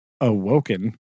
awoken